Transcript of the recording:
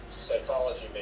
psychology